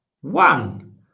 one